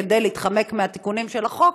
כדי להתחמק מהתיקונים של החוק,